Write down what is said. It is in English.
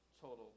total